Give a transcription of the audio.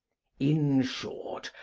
in short,